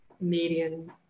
median